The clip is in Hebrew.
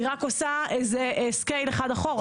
היא רק עושה איזה סקייל אחד אחורה.